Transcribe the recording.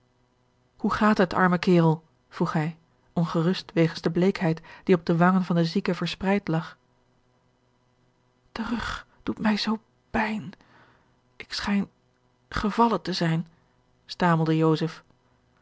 hoe gaat het arme kerel vroeg hij ongerust wegens de bleekheid die op de wangen van den zieke verspreid lag de rug doet mij zoo pijn ik schijn gevallen te zijn stamelde